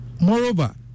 Moreover